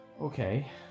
Okay